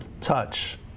touch